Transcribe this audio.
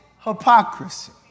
hypocrisy